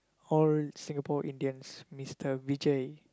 old Singapore Indian mister-Vijay